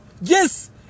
Yes